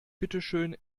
bitteschön